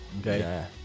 Okay